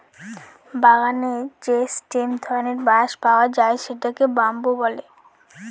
বাগানে যে স্টেম ধরনের বাঁশ পাওয়া যায় সেটাকে বাম্বু বলে